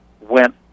went